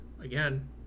again